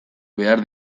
behar